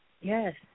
Yes